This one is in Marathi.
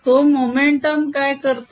तो मोमेंटम काय करतो